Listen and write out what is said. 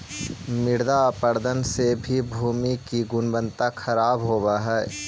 मृदा अपरदन से भी भूमि की गुणवत्ता खराब होव हई